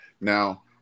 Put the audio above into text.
now